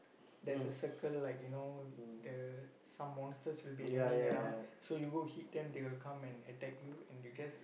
there's a circle like you know the some monsters will be hanging around so you go hit them they will come and attack you and you just